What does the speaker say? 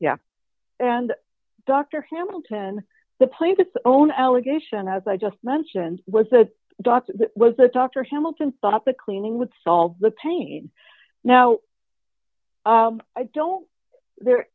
yeah and dr hamilton the plaintiff's own allegation as i just mentioned was the doctor was a doctor hamilton thought the cleaning would solve the pain now i don't there